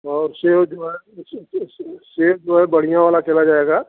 और सेब जो है सेब जो है बढ़िया वाला चला जाएगा